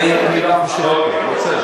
בסדר.